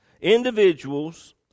individuals